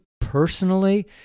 personally